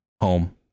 home